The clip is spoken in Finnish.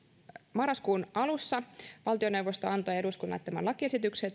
marraskuun alussa valtioneuvosto antoi eduskunnalle tämän lakiesityksen